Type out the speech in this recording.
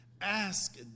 Ask